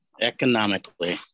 Economically